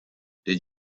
did